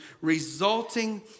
resulting